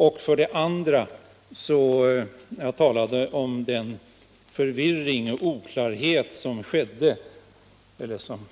Jag talade om den förvirring och oklarhet som